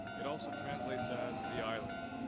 it also translates as, the island.